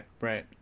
Right